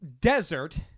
desert